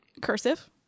cursive